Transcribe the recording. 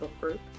group